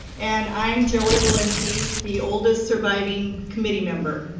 and i'm joey walensky, the oldest surviving committee member.